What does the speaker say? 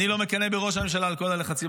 אני לא מקנא בראש הממשלה על כל הלחצים